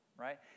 right